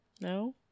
No